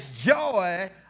joy